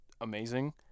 amazing